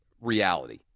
reality